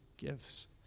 gives